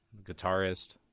guitarist